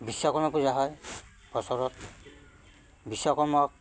বিশ্বকৰ্মা পূজা হয় বছৰত বিশ্বকৰ্মাক